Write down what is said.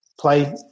Play